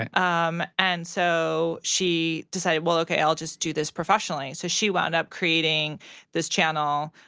and um and so she decided, well, okay, i'll just do this professionally. so she wound up creating this channel.